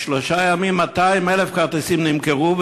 בשלושה ימים 200,000 כרטיסים נמכרו,